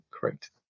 correct